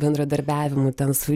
bendradarbiavimų ten su